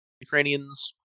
Ukrainians